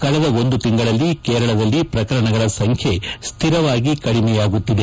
ಕಳೆದ ಒಂದು ತಿಂಗಳಲ್ಲಿ ಕೇರಳದಲ್ಲಿ ಪ್ರಕರಣಗಳ ಸಂಖ್ಯೆ ಸ್ವಿರವಾಗಿ ಕಡಿಮೆಯಾಗುತ್ತಿದೆ